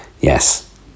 Yes